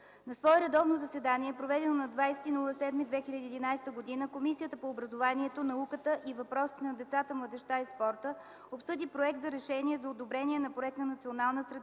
На свое редовно заседание, проведено на 20 юли 2011 г., Комисията по образованието, науката и въпросите на децата, младежта и спорта обсъди Проект за решение за одобрение на Проект на Национална стратегия